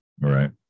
Right